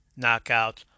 Knockouts